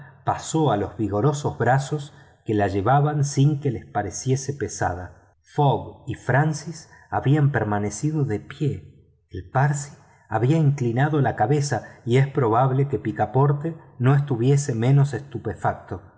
pasó a los vigorosos brazos que la llevaban sin que les pareciese pesada fogg y francis habian permanecido de pie el parsi había inclinado la cabeza y es probable que picaporte no estuviese menos estupefacto